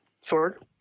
Sword